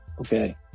Okay